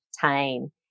time